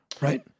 Right